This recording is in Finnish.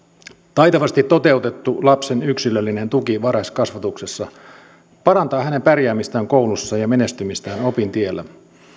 taitavasti toteutettu lapsen yksilöllinen tuki varhaiskasvatuksessa parantaa hänen pärjäämistään koulussa ja menestymistään opintiellä